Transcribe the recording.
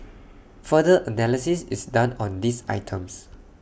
further analysis is done on these items